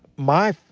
my,